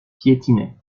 piétinait